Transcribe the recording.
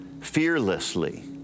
fearlessly